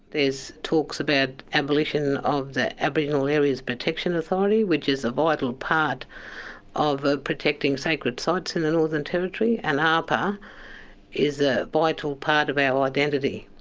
talks about abolition of the aboriginal areas protection authority, which is a vital part of ah protecting sacred sites in the northern territory. and aapa is a vital part of our identity.